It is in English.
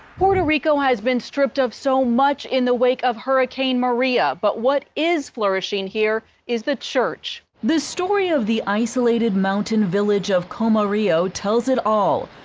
puerto rico has been stripped of so much in the wake of hurricane maria, but what is flourishing here is the church. the story of the isolated mountain village of como rio tells it all.